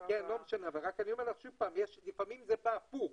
רק אומר שלפעמים זה בא הפוך.